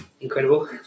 Incredible